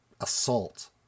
assault